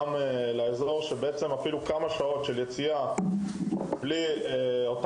כך שאפילו כמה שעות ביום של יציאה בלי לאייש את